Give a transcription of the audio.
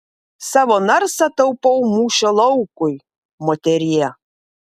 savo narsą taupau mūšio laukui moterie